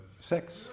sex